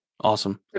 Awesome